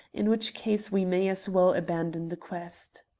in which case we may as well abandon the quest.